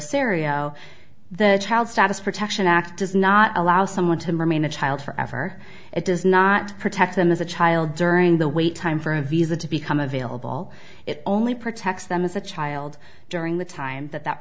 oh the child status protection act does not allow someone to remain a child forever it does not protect them as a child during the wait time for a visa to become available it only protects them as a child during the time that that